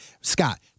Scott